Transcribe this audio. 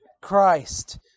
Christ